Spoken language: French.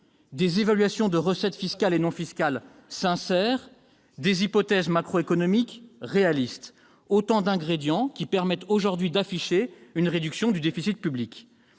des évaluations de recettes fiscales et non fiscales sincères, des hypothèses macroéconomiques réalistes, autant d'ingrédients qui permettent aujourd'hui d'afficher une réduction du déficit public.